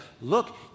look